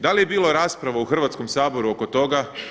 Da li je bilo rasprava u Hrvatskom saboru oko toga?